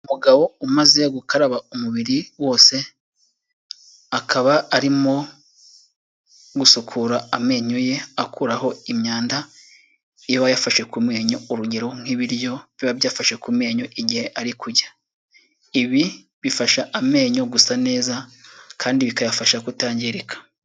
Umugabo umaze gukaraba umubiri wose, akaba arimo gusukura amenyo ye akuraho imyanda iba yafashe ku menyo, urugero ; nk'ibiryo biba byafashe ku menyo igihe ari kurya. Ibi bifasha amenyo gusa neza kandi bikayafasha kutangirika.